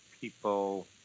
People